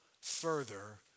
further